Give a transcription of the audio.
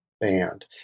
band